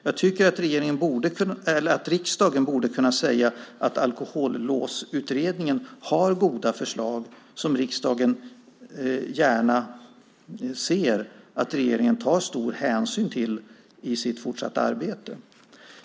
Jag tycker att riksdagen borde kunna säga att Alkolåsutredningen har goda förslag som man gärna ser att regeringen tar stor hänsyn till i sitt fortsatta arbete.